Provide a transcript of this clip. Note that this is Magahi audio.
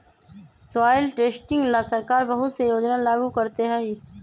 सॉइल टेस्टिंग ला सरकार बहुत से योजना लागू करते हई